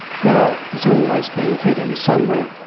power is always being fed in somewhere.